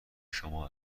شما